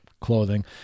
clothing